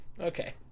okay